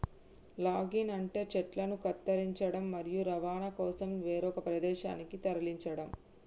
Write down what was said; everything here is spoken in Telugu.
లాగింగ్ అంటే చెట్లను కత్తిరించడం, మరియు రవాణా కోసం వేరొక ప్రదేశానికి తరలించడం